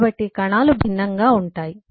కాబట్టి కణాలు భిన్నంగా ఉంటాయి